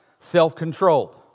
self-controlled